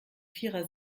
vierer